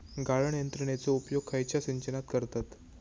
गाळण यंत्रनेचो उपयोग खयच्या सिंचनात करतत?